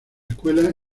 escuela